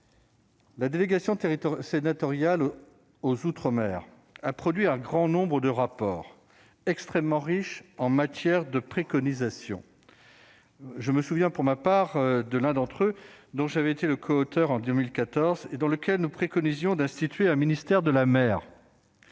La délégation territoire sénatoriale aux outre-mer a produit un grand nombre de rapports extrêmement riche en matière de préconisation, je me souviens, pour ma part, de l'un d'entre eux, dont j'avais été le coauteur en 2014 et dans lequel nous préconisions d'instituer un ministère de la mer